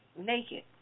naked